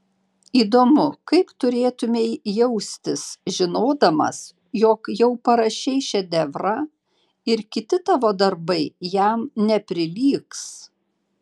įdomu kaip turėtumei jaustis žinodamas jog jau parašei šedevrą ir kiti tavo darbai jam neprilygs